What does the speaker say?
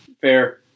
Fair